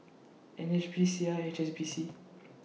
N H B Sia H B C